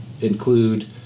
include